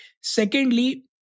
secondly